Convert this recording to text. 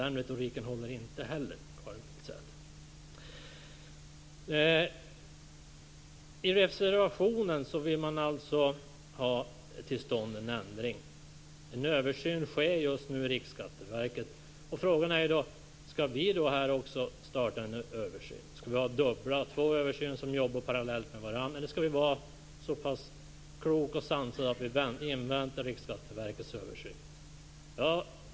Den retoriken håller inte heller, Karin I reservationen vill man alltså ha till stånd en ändring. En översyn sker just nu i Riksskatteverket. Frågan är då: Skall vi här då också starta en översyn? Skall vi ha två översyner som jobbar parallellt med varandra, eller skall vi vara så pass kloka och sansade att vi inväntar Riksskatteverkets översyn?